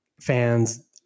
fans